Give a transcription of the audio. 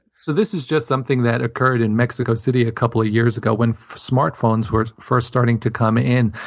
so this is just something that occurred in mexico city a couple years ago, when smart phones were first starting to come in.